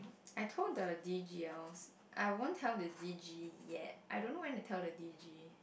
I told the D_G_Ls I won't tell the D_G yet I don't went tell the D_G